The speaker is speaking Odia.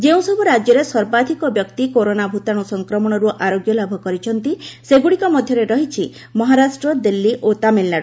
ଯେଉଁସବୁ ରାଜ୍ୟରେ ସର୍ବାଧିକ ବ୍ୟକ୍ତି କରୋନା ଭୂତାଣୁ ସଂକ୍ରମଣରୁ ଆରୋଗ୍ୟ ଲାଭ କରିଛନ୍ତି ସେଗୁଡ଼ିକ ମଧ୍ୟରେରହିଛି ମହାରାଷ୍ଟ୍ର ଦିଲ୍ଲୀ ଓ ତାମିଲନାଡ଼